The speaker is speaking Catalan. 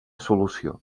solució